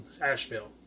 Asheville